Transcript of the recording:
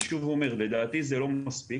אני שוב אומר, לדעתי זה לא מספיק.